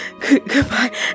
goodbye